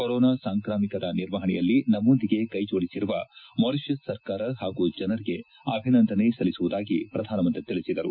corona ಸಾಂಕ್ರಾಮಿಕದ ನಿರ್ವಪಣೆಯಲ್ಲಿ ನಮ್ಲೊಂದಿಗೆ ಕ್ಕೆ ಜೋಡಿಸಿರುವ ಮಾರಿಷಸ್ ಸರ್ಕಾರ ಹಾಗೂ ಜನರಿಗೆ ಅಭಿನಂದನೆ ಸಲ್ಲಿಸುವುದಾಗಿ ಪ್ರಧಾನಮಂತ್ರಿ ತಿಳಿಸಿದರು